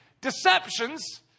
deceptions